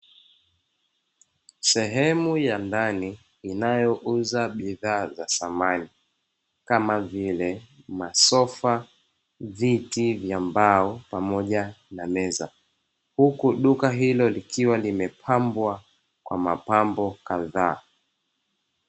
Sehemu ya ndani inayouza bidhaa za samani kama vile: masofa ,viti vya mbao, pamoja na meza. Huku duka hilo likiwa limepambwa kwa mapambo kadhaa.